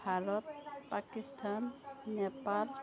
Bharat Pakistan Nepal